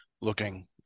looking